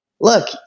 look